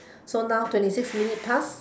so now twenty six minute pass